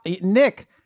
Nick